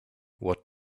what